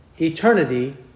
eternity